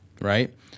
right